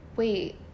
Wait